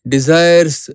Desires